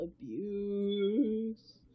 abuse